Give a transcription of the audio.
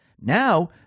Now